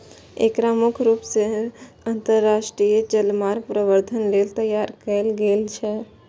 एकरा मुख्य रूप सं अंतरराष्ट्रीय जलमार्ग प्रबंधन लेल तैयार कैल गेल छै